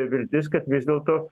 viltis kad vis dėlto